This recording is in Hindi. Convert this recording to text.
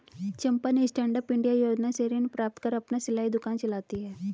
चंपा ने स्टैंडअप इंडिया योजना से ऋण प्राप्त कर अपना सिलाई दुकान चलाती है